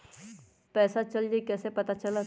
पैसा चल गयी कैसे पता चलत?